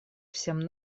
всем